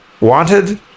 wanted